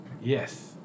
Yes